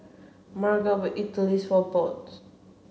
Margo bought Idili for Bode